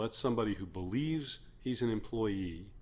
lets somebody who believes he's an employee